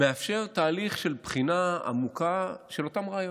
ומאפשר תהליך של בחינה עמוקה של אותם רעיונות.